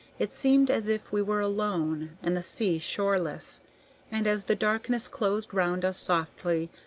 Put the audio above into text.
it seemed as if we were alone, and the sea shoreless and as the darkness closed round us softly,